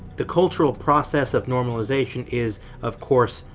the cultural process of normalization is, of course,